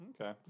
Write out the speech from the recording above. Okay